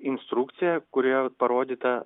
instrukcija kurioje parodyta